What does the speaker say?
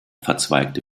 verzweigte